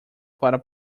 para